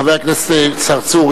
חבר הכנסת צרצור,